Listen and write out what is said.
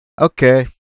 Okay